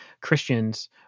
Christians